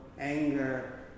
anger